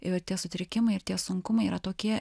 ir tie sutrikimai ir tie sunkumai yra tokie